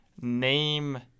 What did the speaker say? name –